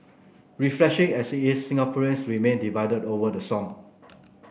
refreshing as is Singaporeans remain divided over the song